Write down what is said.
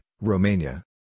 Romania